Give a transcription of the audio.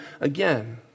again